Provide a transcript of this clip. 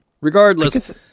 Regardless